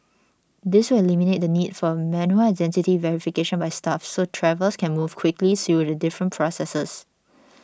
this will eliminate the need for manual identity verification by staff so travellers can move quickly through the different processes